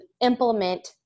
implement